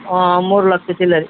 ಆ ಮೂರು ಲಕ್ಷ ಚಿಲ್ಲರೆ